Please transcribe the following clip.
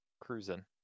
Cruising